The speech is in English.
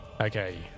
Okay